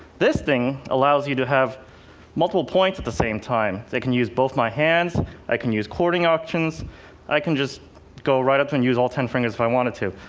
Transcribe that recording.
this thing allows you to have multiple points at the same time. they can use both my hands i can use chording actions i can just go right up and use all ten fingers if i wanted to.